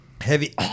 heavy